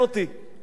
האמת היא,